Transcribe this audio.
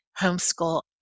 Homeschool